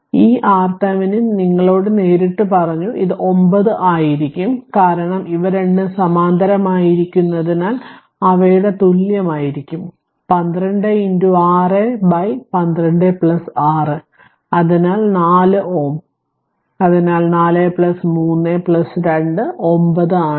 അതിനാൽ ഈ RThevenin നിങ്ങളോട് നേരിട്ട് പറഞ്ഞു ഇത് 9 ആയിരിക്കും കാരണം ഇവ രണ്ടും സമാന്തരമായിരിക്കുന്നതിനാൽ അവയുടെ തുല്യമായിരിക്കും 12 6 12 6 അതിനാൽ 4Ω അതിനാൽ 4 3 2 9 ആണ്